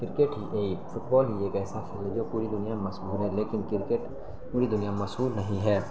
cricket ہی ایک football ہی ایک ایسا کھیل ہے جو پوری دنیا میں مشہور ہے لیکن کرکٹ پوری دنیا میں مشہور نہیں ہے